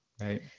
Right